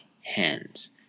hands